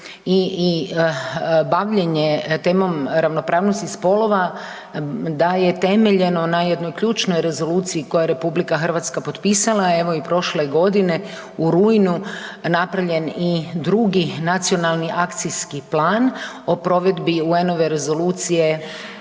i bavljenje temom ravnopravnosti spolova da je temeljeno na jednoj ključnoj rezoluciji koju je RH potpisala, evo i prošle godine u rujnu napravljen i drugi nacionalni akcijski plan o provedbi UN-ove Rezolucije